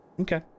Okay